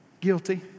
guilty